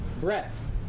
breath